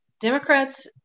Democrats